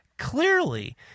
Clearly